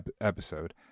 episode